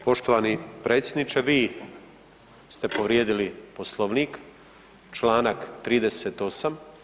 Poštovani predsjedniče, vi ste povrijedili Poslovnik članak 38.